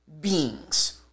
beings